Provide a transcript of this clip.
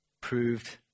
Proved